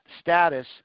status